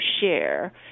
share